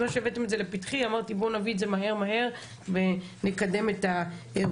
אז מאז שהבאתם את זה לפתחי אמרתי נביא את זה מהר מהר ונקדם את האירוע.